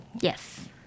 Yes